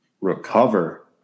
recover